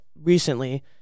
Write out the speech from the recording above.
recently